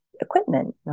equipment